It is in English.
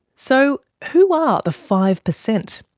so, who are the five per cent?